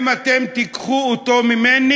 אם אתם תיקחו אותו ממני,